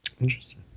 Interesting